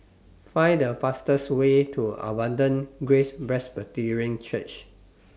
Find The fastest Way to Abundant Grace Presbyterian Church